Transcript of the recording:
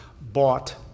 bought